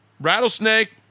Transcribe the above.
rattlesnake